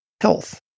health